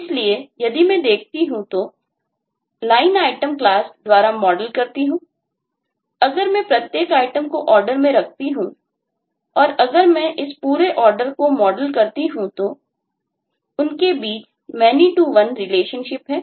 इसलिए यदि मैं देखता हूं तो LineItem क्लास द्वारा मॉडल करता हूं अगर मैं प्रत्येक Item को Order में रखता हूं और अगर मैं इस पूरे Order को मॉडल करता हूं तो उनके बीच many to one रिलेशनशिप है